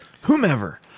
whomever